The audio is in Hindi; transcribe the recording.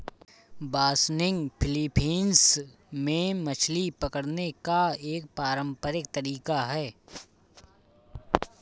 बासनिग फिलीपींस में मछली पकड़ने का एक पारंपरिक तरीका है